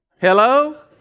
Hello